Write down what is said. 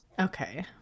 Okay